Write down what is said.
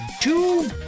two